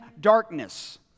darkness